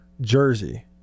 jersey